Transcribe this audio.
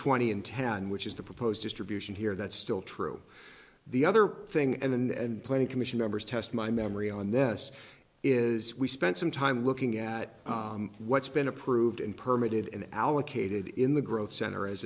twenty and ten which is the proposed distribution here that's still true the other thing and planning commission members test my memory on this is we spent some time looking at what's been approved and permit it and allocated in the growth center